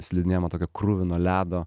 slidinėjam ant tokio kruvino ledo